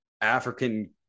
African